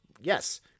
Yes